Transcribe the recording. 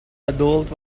adult